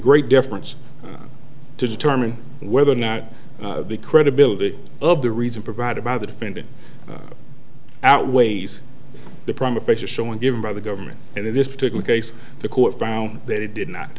great deference to determine whether or not the credibility of the reason provided by the defendant outweighs the prom the picture showing given by the government and in this particular case the court found that it did not